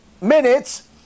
minutes